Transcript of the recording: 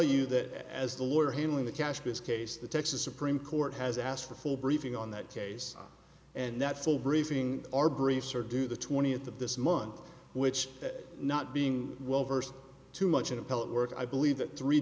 you that as the lawyer handling the cash this case the texas supreme court has asked for a full briefing on that case and that full briefing our briefs are due the twentieth of this month which not being well versed too much in appellate work i believe that three